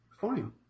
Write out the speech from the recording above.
fine